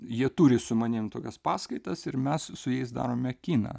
jie turi su manim tokias paskaitas ir mes su jais darome kiną